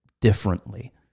differently